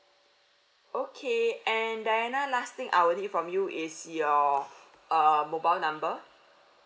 okay and diana last thing I will need from you is your um mobile number